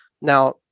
Now